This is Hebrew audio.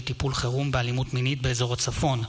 טיפול חירום באלימות מינית באזור הצפון.